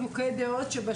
בשנה